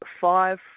five